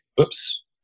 Oops